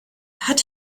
hat